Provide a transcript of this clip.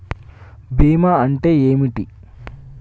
బీమా అంటే ఏమిటి?